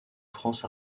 france